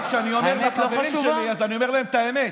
גם כשאני הולך לחברים שלי אז אני אומר להם את האמת.